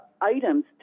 items